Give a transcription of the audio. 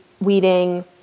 weeding